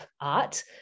art